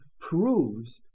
proves